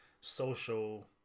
social